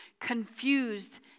confused